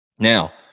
Now